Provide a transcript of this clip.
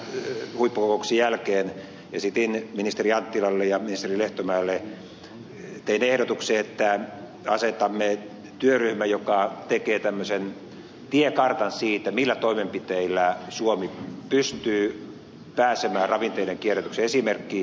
tämän huippukokouksen jälkeen esitin ministeri anttilalle ja ministeri lehtomäelle ehdotuksen että asetamme työryhmän joka tekee tämmöisen tiekartan siitä millä toimenpiteillä suomi pystyy pääsemään ravinteiden kierrätyksen esimerkkimaaksi